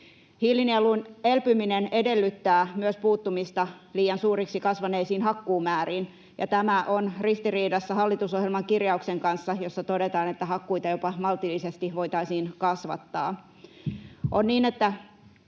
Hiilinielun elpyminen edellyttää myös puuttumista liian suuriksi kasvaneisiin hakkuumääriin, ja tämä on ristiriidassa hallitusohjelman kirjauksen kanssa, jossa todetaan, että hakkuita jopa maltillisesti voitaisiin kasvattaa. On niin, että